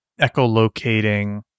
echolocating